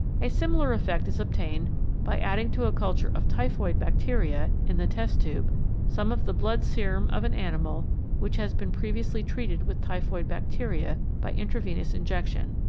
a similar effect is obtained by adding to a culture of typhoid bacteria in the test-tube some of the blood serum of an animal which had been pre viously treated with typhoid bacteria by in travenous injection.